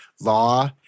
law